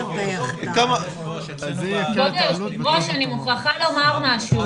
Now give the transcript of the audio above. --- כבוד היושב-ראש, אני מוכרחה לומר משהו.